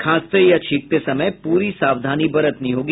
खांसते या छींकते समय पूरी सावधानी बरतनी होगी